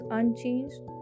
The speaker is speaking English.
unchanged